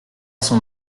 son